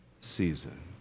season